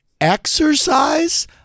exercise